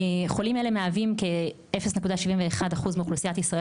חולים אלה מהווים כ-0.71% מאוכלוסיית ישראל